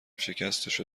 شکستشو